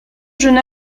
jeune